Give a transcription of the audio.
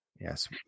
Yes